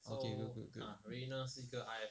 okay good good good